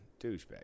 douchebag